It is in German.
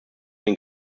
den